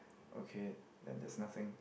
okay and there's nothing